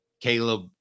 Caleb